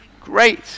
Great